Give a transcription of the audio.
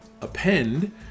append